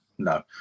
No